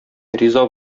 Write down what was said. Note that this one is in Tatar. риза